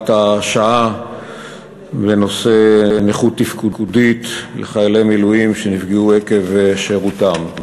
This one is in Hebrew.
השעה בנושא נכות תפקודית לחיילי מילואים שנפגעו עקב שירותם.